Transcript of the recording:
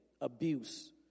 abuse